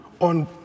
on